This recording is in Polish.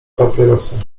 papierosy